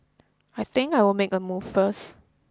I think I'll make a move first